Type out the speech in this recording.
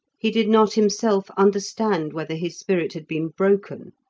he did not himself understand whether his spirit had been broken,